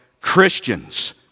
Christians